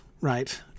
right